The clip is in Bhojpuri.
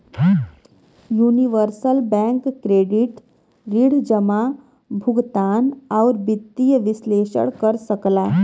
यूनिवर्सल बैंक क्रेडिट ऋण जमा, भुगतान, आउर वित्तीय विश्लेषण कर सकला